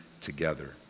together